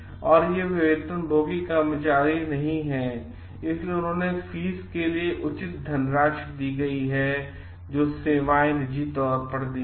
और वे वेतनभोगी कर्मचारी नहीं हैं लेकिन उन्होंने फीस के लिए उचित धनराशि दी गयी है है जो सेवाएं निजी तौर पर दी हैं